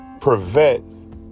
prevent